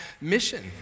mission